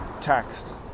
taxed